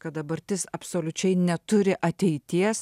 kad dabartis absoliučiai neturi ateities